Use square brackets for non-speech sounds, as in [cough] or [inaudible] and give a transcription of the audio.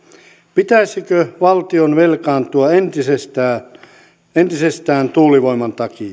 pitäisikö valtion velkaantua entisestään entisestään tuulivoiman takia [unintelligible]